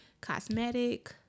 cosmetic